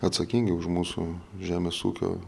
atsakingi už mūsų žemės ūkio